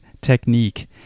technique